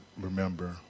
remember